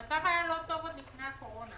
המצב היה לא טוב עוד לפני הקורונה.